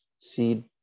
Seed